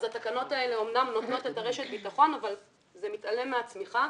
התקנות האלה אמנם נותנות את רשת הביטחון אבל זה מתעלם מהצמיחה.